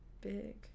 Big